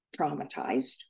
traumatized